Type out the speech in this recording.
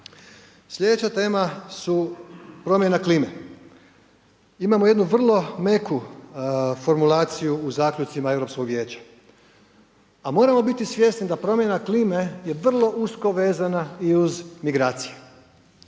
Slijedeća tema su promjena klime. Imamo jednu vrlo meku formulaciju u zaključcima Europskog vijeća, a moramo biti svjesni da promjena klime je vrlo usko vezana i uz migracije.